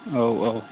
औ औ